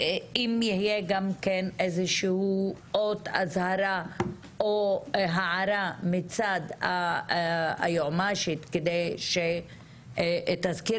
אם תהיה אות אזהרה או הערה מצד היועצת המשפטית שתזכיר